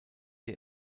der